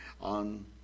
on